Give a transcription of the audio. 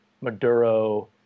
Maduro